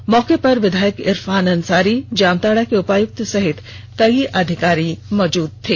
इस मौके पर विधायक इरफान अंसारी जामताड़ा के उपायुक्त सहित कई अधिकारी मौजूद थे